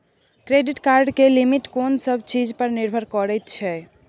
Credit card के limit कोन सब चीज पर निर्भर करै छै?